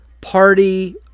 Party